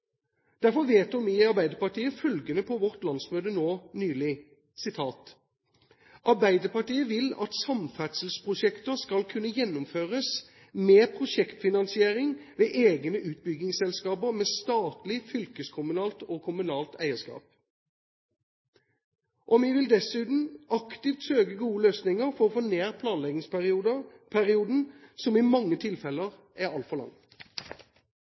Derfor vedtok vi i Arbeiderpartiet følgende på vårt landsmøte nå nylig: «Arbeiderpartiet vil at samferdselsprosjekter kan gjennomføres med prosjektfinansiering ved egne utbyggingsselskaper med statlig, fylkeskommunal og kommunalt eierskap.» Vi vil dessuten aktivt søke gode løsninger for å få ned planleggingsperioden, som i mange tilfeller er altfor lang.